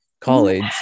college